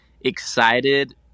excited